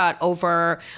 over